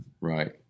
Right